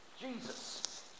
Jesus